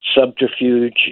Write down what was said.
subterfuge